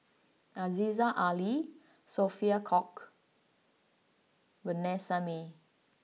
Aziza Ali Sophia Cooke Vanessa Mae